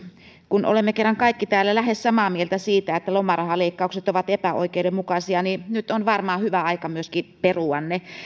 kun olemme kerran kaikki täällä lähes samaa mieltä siitä että lomarahaleikkaukset ovat epäoikeudenmukaisia niin nyt on varmaan hyvä aika myöskin perua ne